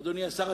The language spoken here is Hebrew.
אדוני השר,